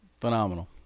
phenomenal